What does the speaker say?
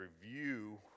review